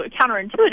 counterintuitive